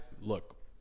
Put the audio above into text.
look